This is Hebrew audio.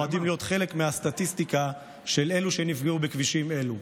מועדים להיות חלק מהסטטיסטיקה של אלו שנפגעו בכבישים אלו.